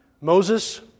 Moses